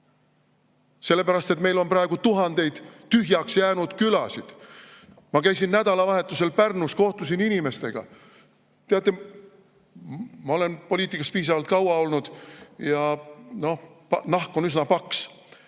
sellepärast, et meil on praegu tuhandeid tühjaks jäänud külasid. Ma käisin nädalavahetusel Pärnus, kohtusin inimestega. Teate, ma olen poliitikas piisavalt kaua olnud ja nahk on üsna paks.